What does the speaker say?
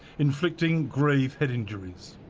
inflicting grave head injuries.